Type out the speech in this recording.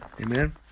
amen